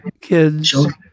kids